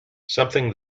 something